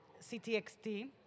CTXT